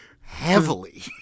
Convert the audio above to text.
heavily